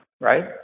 right